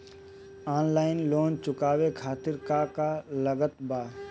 Online loan चुकावे खातिर का का लागत बा?